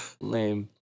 lame